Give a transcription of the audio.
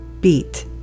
beat